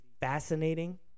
fascinating